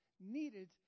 needed